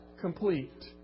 complete